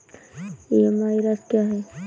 EMI राशि क्या है?